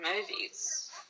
movies